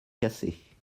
cassées